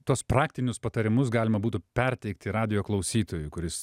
tuos praktinius patarimus galima būtų perteikti radijo klausytojui kuris